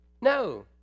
No